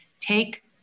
take